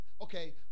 okay